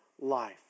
life